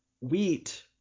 wheat